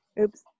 oops